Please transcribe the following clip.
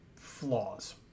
flaws